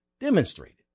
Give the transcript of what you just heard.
demonstrated